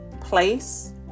place